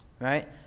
Right